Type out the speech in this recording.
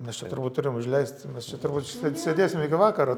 mes čia turbūt turim užleist mes čia turbūt sėdėsim iki vakaro